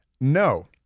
no